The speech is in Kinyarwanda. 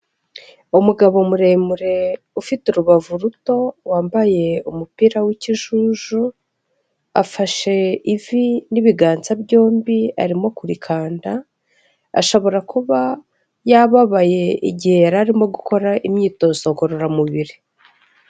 Umugabo muremure ufite urubavu ruto wambaye umupira w'ikijuju, afashe ivi n'ibiganza byombi arimo kurikanda, ashobora kuba yababaye igihe yari arimo gukora imyitozo ngororamubiri.